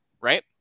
right